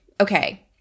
okay